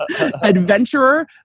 adventurer